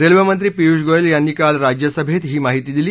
रेल्वेमंत्री पियुष गोयल यांनी काल राज्यसभेत ही माहिती दिली